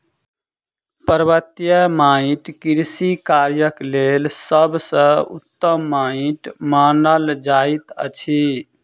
पर्वतीय माइट कृषि कार्यक लेल सभ सॅ उत्तम माइट मानल जाइत अछि